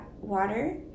water